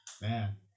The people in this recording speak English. Man